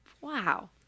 Wow